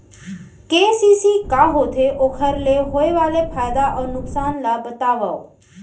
KCC का होथे, ओखर ले होय वाले फायदा अऊ नुकसान ला बतावव?